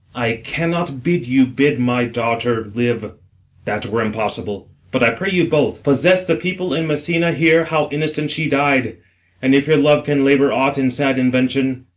i cannot bid you bid my daughter live that were impossible but, i pray you both, possess the people in messina here how innocent she died and if your love can labour aught in sad invention,